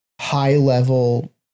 high-level